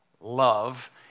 love